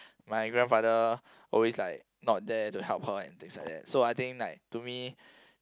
my grandfather always like not there to help her and things like that so I think like to me